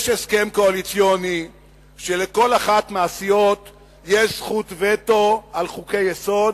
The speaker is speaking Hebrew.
יש הסכם קואליציוני שלכל אחת מהסיעות יש זכות וטו על חוקי-יסוד,